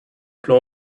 plan